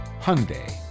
Hyundai